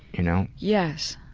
you know? yes.